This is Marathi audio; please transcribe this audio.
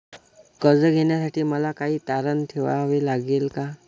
कर्ज घेण्यासाठी मला काही तारण ठेवावे लागेल का?